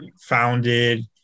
founded